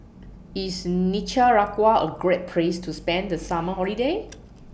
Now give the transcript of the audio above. IS Nicaragua A Great Place to spend The Summer Holiday